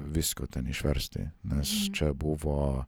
visko ten išversti nes čia buvo